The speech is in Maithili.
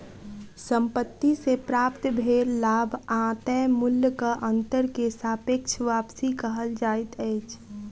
संपत्ति से प्राप्त भेल लाभ आ तय मूल्यक अंतर के सापेक्ष वापसी कहल जाइत अछि